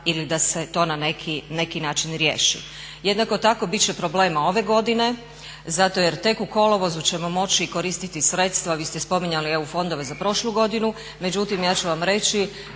il da se to na neki način riješi. Jednako tako biti će problema ove godine zato jer tek u kolovozu ćemo moći koristiti sredstva, vi ste spominjali EU fondove za prošlu godinu, međutim ja ću vam reći